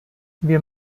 wir